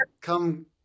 come